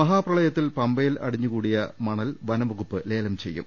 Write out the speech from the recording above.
മഹാപ്രളയത്തിൽ പമ്പയിൽ അടിഞ്ഞുകൂടിയ മണൽ വനംവകുപ്പ് ലേലം ചെയ്യും